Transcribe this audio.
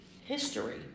history